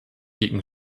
gegen